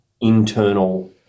internal